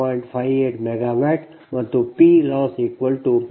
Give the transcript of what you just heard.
54 MW